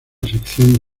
sección